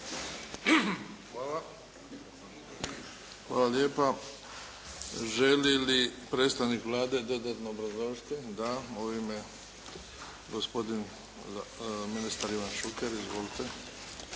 (HDZ)** Hvala lijepa. Želi li predstavnik Vlade dodatno obrazložiti? Da. Gospodin ministar, Ivan Šuker. Izvolite.